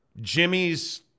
Jimmy's